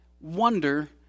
wonder